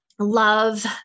Love